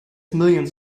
millions